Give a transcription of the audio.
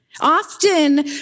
often